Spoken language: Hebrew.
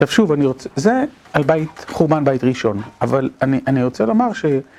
ושוב, אני רוצה... זה על חורבן בית ראשון, אבל אני רוצה לומר ש...